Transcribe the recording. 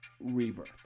Rebirth